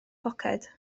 poced